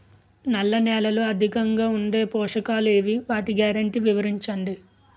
నల్ల నేలలో అధికంగా ఉండే పోషకాలు ఏవి? వాటి గ్యారంటీ వివరించండి?